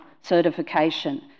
certification